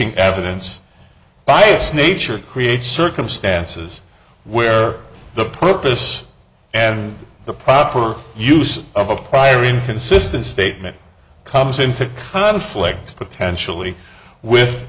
g evidence by its nature creates circumstances where the purpose and the proper use of a prior inconsistent statement comes into conflict potentially with